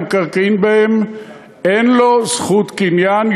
מהמקרקעין בהם אין לו זכות קניין,